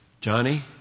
Johnny